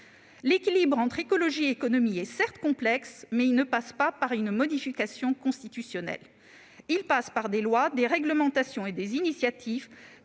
L'équilibre entre écologie et économie est certes complexe, mais il ne passe pas par une modification constitutionnelle. Il passe par des lois, des réglementations, des initiatives,